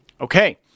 Okay